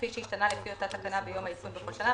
כפי שהשתנה לפי אותה תקנה ביום העדכון בכל שנה,